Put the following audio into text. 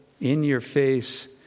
in-your-face